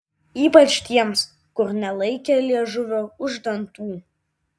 ypač tiems kur nelaikė liežuvio už dantų